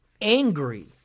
angry